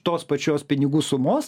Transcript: tos pačios pinigų sumos